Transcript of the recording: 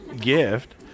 gift